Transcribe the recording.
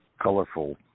colorful